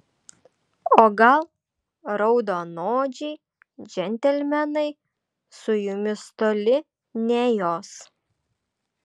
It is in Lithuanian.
o gal raudonodžiai džentelmenai su jumis toli nejos